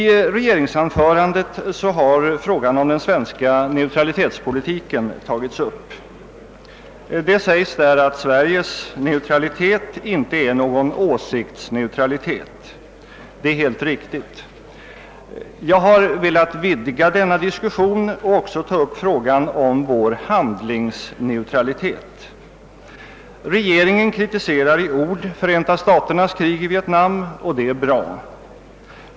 I regeringsanförandet har frågan om den svenska neutralitetspolitiken tagits upp. Det sägs där att Sveriges neutralitet inte är någon åsiktsneutralitet. Det är helt riktigt. Jag har velat vidga denna diskussion och även ta upp frågan om vår handlingsneutralitet. Regeringen kritiserar i ord Förenta staternas krig i Vietnam och det är bra.